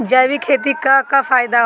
जैविक खेती क का फायदा होला?